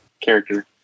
character